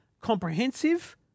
comprehensive